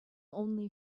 only